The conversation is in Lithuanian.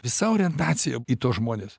visa orientacija į tuos žmones